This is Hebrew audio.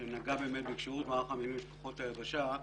שנגע בכשירות מערך המילואים וכוחות היבשה,